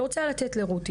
אני רוצה לעבור לרותי.